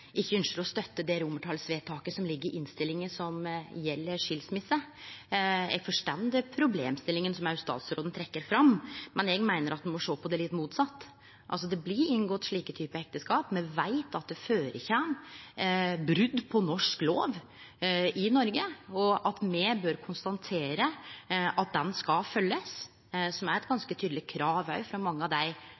ikkje ynskjer å støtte forslaget til romartalsvedtak som ligg i Innst. 260 S for 2017–2018, som gjeld skilsmisse. Eg forstår problemstillinga som statsråden trekkjer fram, men eg meiner at ein må sjå på det litt motsett. Det blir inngått slike ekteskap, me veit at det skjer brot på norsk lov i Noreg, og me bør konstatere at ho skal følgjast, noko som òg er eit ganske tydeleg krav frå mange av